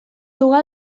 juga